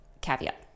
caveat